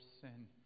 sin